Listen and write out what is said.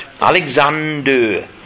Alexander